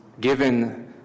given